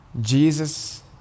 Jesus